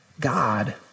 God